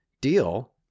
deal